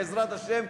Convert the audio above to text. בעזרת השם,